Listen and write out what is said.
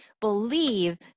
believe